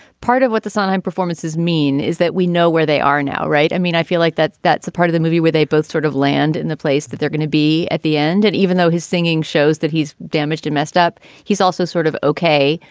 part of what the sondheim performances mean is that we know where they are now. right. i mean, i feel like that's that's a part of the movie where they both sort of land in the place that they're going to be at the end. and even though his singing shows that he's damaged and messed up, he's also sort of okay,